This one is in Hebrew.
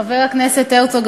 חבר הכנסת הרצוג,